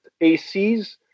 ACs